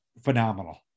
phenomenal